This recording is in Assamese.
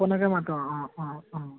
পাপনকে মাতোঁ আৰু অ অ অ